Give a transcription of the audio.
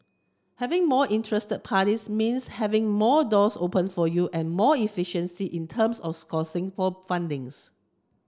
having more interest parties means having more doors open for you and more efficiency in terms of sourcing for fundings